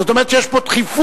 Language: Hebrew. זאת אומרת שיש פה דחיפות,